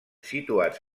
situats